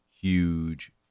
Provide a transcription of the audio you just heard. huge